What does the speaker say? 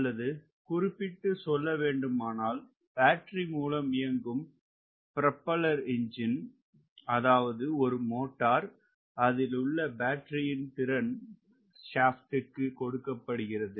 அல்லது குறிப்பிட்டு சொல்லவேண்டுமானால் பாட்டரி மூலம் இயங்கும் புரொபெல்லர் என்ஜின் அதாவது ஒரு மோட்டார் அதில் உள்ள பேட்டரியின் திறன் சாப்ட்க்கு கொடுக்கப்படுகிறது